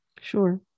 Sure